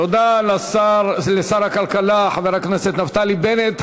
תודה לשר הכלכלה חבר הכנסת נפתלי בנט.